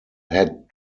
had